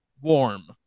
Warm